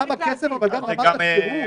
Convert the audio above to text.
זה גם הכסף אבל גם רמת השירות.